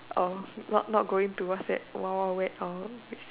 oh what not going to WhatsApp wild-wild-wet or